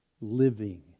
living